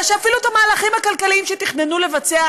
שאפילו את המהלכים הכלכליים שתכננו לבצע,